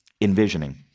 envisioning